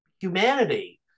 humanity